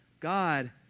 God